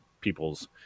people's